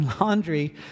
laundry